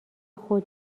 خود